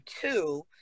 two